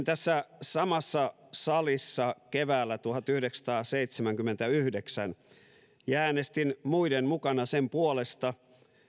tässä samassa salissa keväällä tuhatyhdeksänsataaseitsemänkymmentäyhdeksän ja äänestin muiden mukana sen puolesta